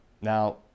Now